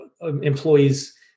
employees